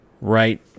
right